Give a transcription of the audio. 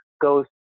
goes